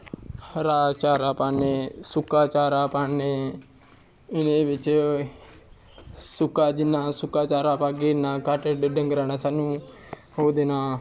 हरा चारा पान्नें सुक्का चारा पान्नें एह्दे बिच्च सुक्का जिन्ना सुक्का चारा पागे उन्ना घट्ट डंगरां ने सानू ओह् देना